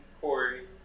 Corey